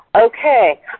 okay